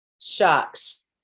Shocks